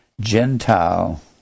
Gentile